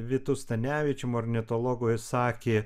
vitu stanevičium ornitologai sakė